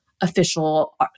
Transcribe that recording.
official